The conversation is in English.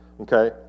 Okay